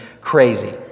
crazy